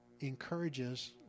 encourages